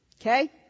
Okay